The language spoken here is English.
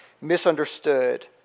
misunderstood